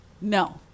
No